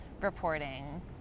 reporting